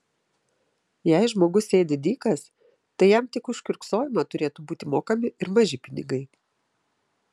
jei žmogus sėdi dykas tai jam tik už kiurksojimą turėtų būti mokami ir maži pinigai